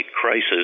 crisis